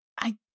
I-